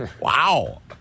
Wow